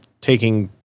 taking